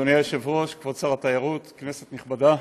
אדוני היושב-ראש, כבוד שר התיירות, כנסת נכבדה,